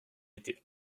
était